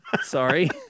Sorry